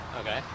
Okay